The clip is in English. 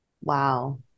Wow